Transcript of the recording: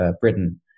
Britain